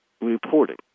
reporting